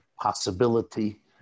possibility